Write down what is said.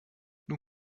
nun